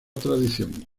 tradición